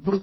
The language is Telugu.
ఇప్పుడు